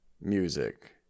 music